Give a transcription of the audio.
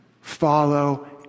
follow